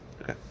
okay